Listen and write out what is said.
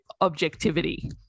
objectivity